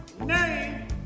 name